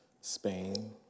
Spain